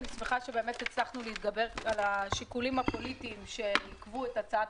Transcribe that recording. אני שמחה שהצלחנו להתגבר על השיקולים הפוליטיים שעיכבו את הצעת